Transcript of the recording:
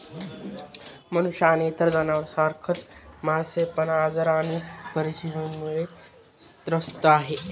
मनुष्य आणि इतर जनावर सारखच मासे पण आजार आणि परजीवींमुळे त्रस्त आहे